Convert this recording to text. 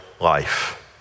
life